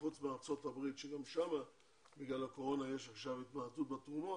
חוץ מארצות הברית שגם שם בגלל הקורונה יש עכשיו התמעטות בתרומות,